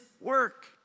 work